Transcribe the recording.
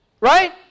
Right